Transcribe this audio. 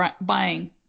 buying